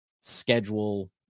schedule